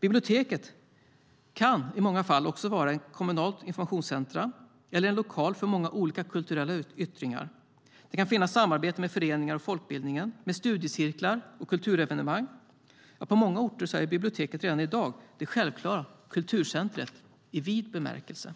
Biblioteket kan i många fall också vara ett kommunalt informationscentrum eller en lokal för många olika kulturella yttringar. Det kan finnas samarbete med föreningar och folkbildningen, med studiecirklar och kulturevenemang. På många orter är biblioteket redan i dag det självklara kulturcentret i vid bemärkelse.